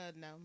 no